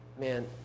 Man